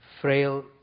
frail